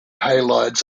halides